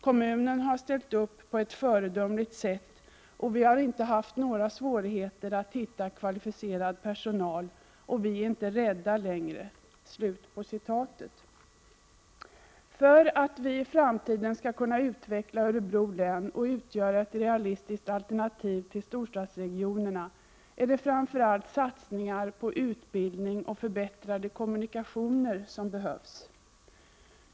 Kommunen har ställt upp på ett föredömligt sätt och vi har inte haft några svårigheter att hitta kvalificerad personal och vi är inte rädda längre.” För att vi i framtiden skall kunna utveckla Örebro län och utgöra ett realistiskt alternativ till storstadsregionerna är det framför allt satsningar på utbildning och förbättrade kommunikationer som behövs.